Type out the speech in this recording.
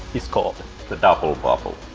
is called the double bubble!